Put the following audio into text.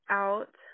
out